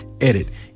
edit